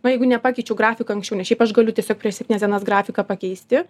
nu jeigu nepakeičiau grafiką anksčiau nes šiaip aš galiu tiesiog prieš septynias dienas grafiką pakeisti